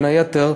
בין היתר,